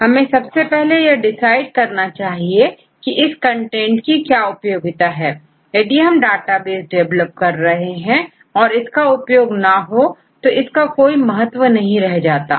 हमें सबसे पहले यह डिसाइड करना चाहिए इस कंटेंट की क्या उपयोगिता है यदि हम डेटाबेस डेवलप कर रहे हैं और इसका उपयोग ना हो तो इसका कोई महत्व नहीं है